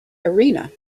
arena